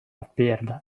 appeared